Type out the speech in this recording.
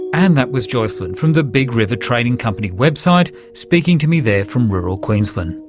and that was joycelyn from the big river trading company website, speaking to me there from rural queensland.